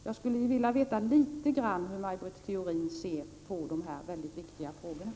Jag skulle vilja veta litet grand om hur Maj Britt Theorin ser på dessa mycket viktiga frågor.